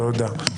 תודה.